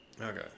okay